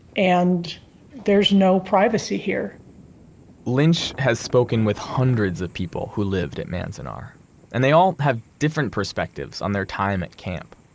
and there's no privacy here lynch has spoken with hundreds of people who lived at manzanar and they all have different perspectives on their time at camp.